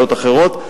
בעיות אחרות.